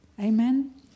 Amen